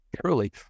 truly